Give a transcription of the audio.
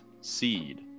seed